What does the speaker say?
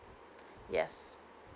yes